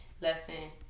lesson